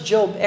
Job